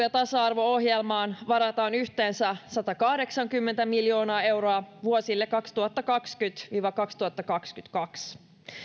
ja tasa arvo ohjelmaan varataan yhteensä satakahdeksankymmentä miljoonaa euroa vuosille kaksituhattakaksikymmentä viiva kaksituhattakaksikymmentäkaksi